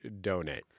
donate